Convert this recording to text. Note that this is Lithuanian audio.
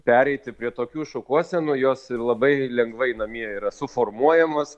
pereiti prie tokių šukuosenų jos ir labai lengvai namie yra suformuojamos